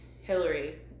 Hillary